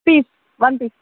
piece one piece